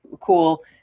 cool